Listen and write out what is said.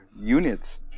units